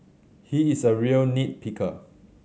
he is a real nit picker